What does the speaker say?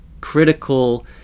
critical